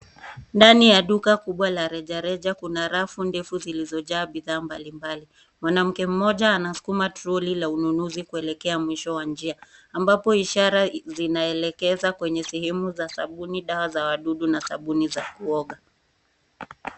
Ndani ya duka kubwa ya rejareja kuna rafu ndefu zilizojaa bidhaa mbalimbali. Mwanamke mmoja anasukuma troli la ununuzi kuelekea mwisho wa njia ambapo ishara zinaelekeza kwenye sehemu za sabuni, dawa za wadudu na sabuni za kuoga.